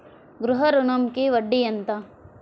గృహ ఋణంకి వడ్డీ ఎంత?